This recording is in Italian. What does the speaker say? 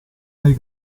nei